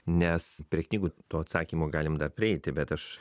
nes prie knygų to atsakymo galim dar prieiti bet aš